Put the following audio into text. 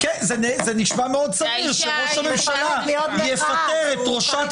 זה נשמע מאוד סביר שראש הממשלה יפטר את ראשת